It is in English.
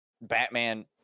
Batman